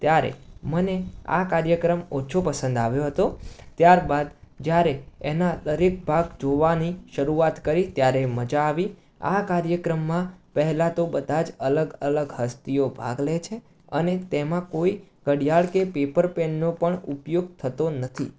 ત્યારે મને આ કાર્યક્રમ ઓછો પસંદ આવ્યો હતો ત્યારબાદ જ્યારે એના દરેક ભાગ જોવાની શરૂઆત કરી ત્યારે મજા આવી આ કાર્યક્રમમાં પહેલાં તો બધા જ અલગ અલગ હસ્તીઓ ભાગ લે છે અને તેમાં કોઈ ઘડિયાળ કે પેપર પેનનો પણ ઉપયોગ થતો નથી